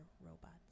robots